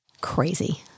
Crazy